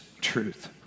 truth